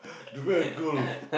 you go and do